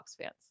fans